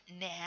now